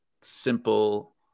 simple